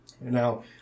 Now